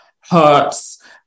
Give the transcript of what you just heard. hurts